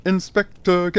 Inspector